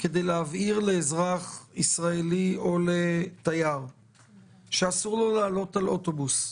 כדי להבהיר לאזרח ישראלי או לתייר שאסור לו לעלות על אוטובוס,